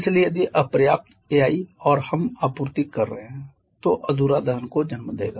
इसलिए यदि अपर्याप्त एआई आर हम आपूर्ति कर रहे हैं तो अधूरा दहन को जन्म देगा